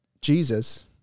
Jesus